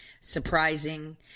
surprising